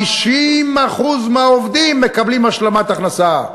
50% מהעובדים מקבלים השלמת הכנסה.